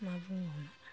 मा बुंबावनो